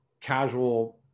casual